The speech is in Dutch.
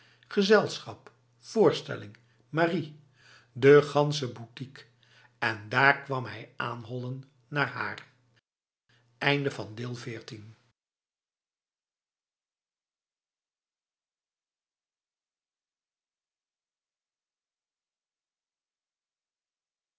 gezelschap voorstelling marie de ganse boutique en daar kwam hij aanhollen naar haar